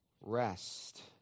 rest